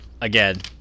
again